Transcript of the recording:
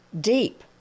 deep